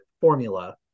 formula